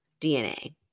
DNA